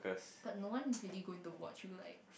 but no one is really going to watch you like